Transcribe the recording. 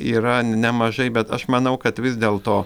yra nemažai bet aš manau kad vis dėl to